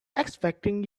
expecting